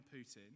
Putin